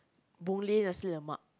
Boon-Lay nasi-lemak